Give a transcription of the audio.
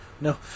No